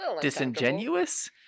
disingenuous